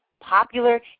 popular